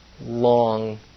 long